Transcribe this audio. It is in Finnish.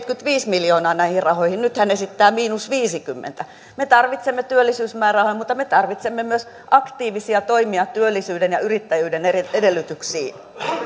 seitsemänkymmentäviisi miljoonaa näihin rahoihin nyt hän esittää miinus viisikymmentä me tarvitsemme työllisyysmäärärahoja mutta me tarvitsemme myös aktiivisia toimia työllisyyden ja yrittäjyyden edellytyksiin